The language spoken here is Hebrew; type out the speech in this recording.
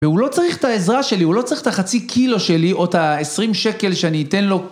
והוא לא צריך את העזרה שלי, הוא לא צריך את החצי קילו שלי, או את ה-20 שקל שאני אתן לו.